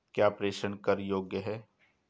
क्या प्रेषण कर योग्य हैं?